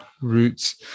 roots